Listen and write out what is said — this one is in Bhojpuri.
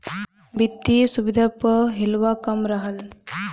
वित्तिय सुविधा प हिलवा कम रहल